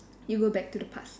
you go back to the past